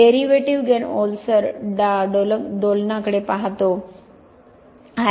derivative gain ओलसर दोलनांकडे पाहतो